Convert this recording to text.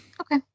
Okay